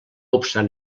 obstant